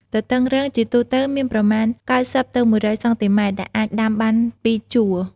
ទទឹងរងជាទូទៅមានប្រមាណ ៩០ ទៅ ១០០ សង់ទីម៉ែត្រ ដែលអាចដាំបាន ២ ជួរ។